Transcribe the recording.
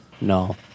No